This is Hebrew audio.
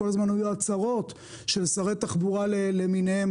כל הזמן היה הצהרות של שרי תחבורה למיניהם